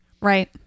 Right